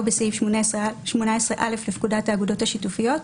בסעיף 18א לפקודת האגודות השיתופיות,